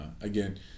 Again